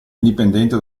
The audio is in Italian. indipendente